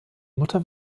mutter